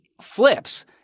flips